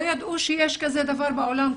לא ידעו שיש כזה דבר בעולם,